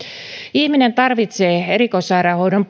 ihminen tarvitsee erikoissairaanhoidon